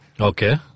okay